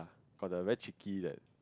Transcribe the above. for the very tricky that